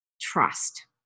trust